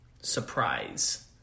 surprise